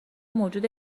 موجود